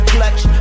Clutch